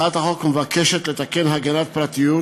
הצעת החוק מבקשת לתקן את חוק הגנת פרטיות